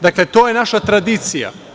Dakle, to je naša tradicija.